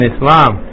Islam